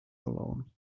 alone